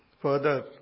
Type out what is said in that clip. Further